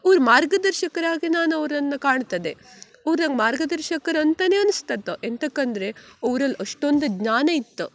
ಅವ್ರು ಮಾರ್ಗದರ್ಶಕರಾಗಿ ನಾನು ಅವ್ರನ್ನು ಕಾಣ್ತದೆ ಅವ್ರು ನಂಗೆ ಮಾರ್ಗದರ್ಶಕರಂತಲೇ ಅನ್ಸ್ತಿತ್ತು ಎಂತಕ್ಕಂದರೆ ಅವ್ರಲ್ಲಿ ಅಷ್ಟೊಂದು ಜ್ಞಾನ ಇತ್ತು